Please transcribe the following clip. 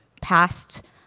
past